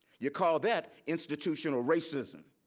you call that institutional racism.